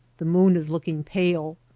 the moon is looking pale,